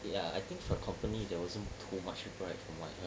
ya I think for company there wasn't too much people right from what I heard